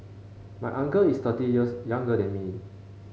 my uncle is thirty years younger than me